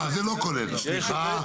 זה לא כולל, סליחה.